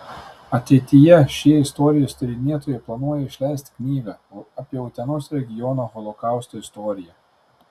ateityje šie istorijos tyrinėtojai planuoja išleisti knygą apie utenos regiono holokausto istoriją